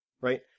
right